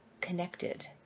connected